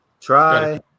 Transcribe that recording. Try